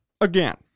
again